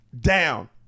down